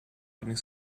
getting